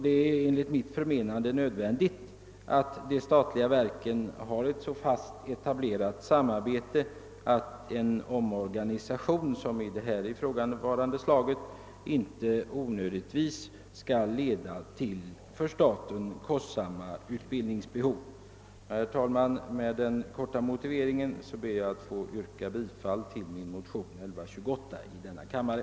Det är enligt mitt förmenande nödvändigt att de statliga verken har ett så pass etablerat samarbete, att en omorganisation av här ifrågavarande slag inte onödigtvis skall leda till för staten kostsamma utbildningsbehov. Herr talman! Med denna korta motivering ber jag att få yrka bifall till min motion nr 1128 i denna kammare.